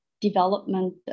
development